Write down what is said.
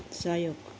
सहयोग